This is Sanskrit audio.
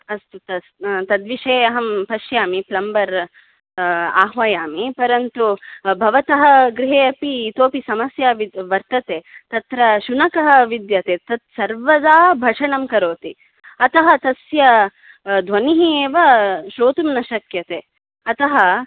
अस्तु तस् तद्विषये अहं पश्यामि प्लम्बर् आह्वयामि परन्तु भवतः गृहे अपि इतोपि समस्या वि वर्तते तत्र शुनकः विद्यते तत् सर्वदा भषणं करोति अतः तस्य ध्वनिः एव श्रोतुं न शक्यते अतः